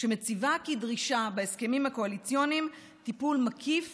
שמציבה כדרישה בהסכמים הקואליציוניים טיפול מקיף